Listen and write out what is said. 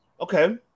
okay